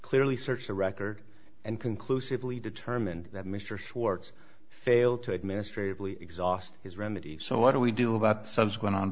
clearly search the record and conclusively determined that mr schwarz failed to administratively exhaust his remedy so what do we do about the subsequent